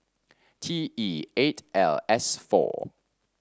T E eight L S four